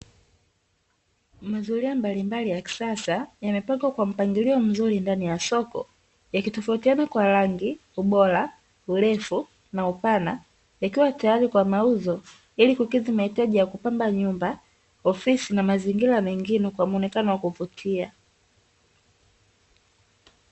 Mazuria mbalimbali ya kisasa, yamepangwa kwa mpangilio mzuri ndani ya soko ,yametofautiana kwa rangi, ubora, urefu na upana, yakiwa tayari kwa mauzo ili kukidhi mahitaji ya kupamba nyumba, ofisi na mazingira mengine kwa muonekano wa kuvutia.